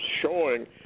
showing